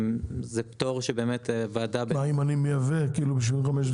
אם אני מייבא ב-75 דולרים?